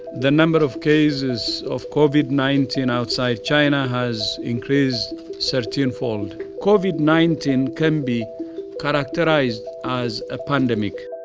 the number of cases of covid nineteen outside china has increased thirteen fold. covid nineteen can be characterized as a pandemic.